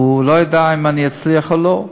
הוא לא ידע אם אני אצליח או לא,